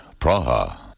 Praha